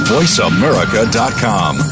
VoiceAmerica.com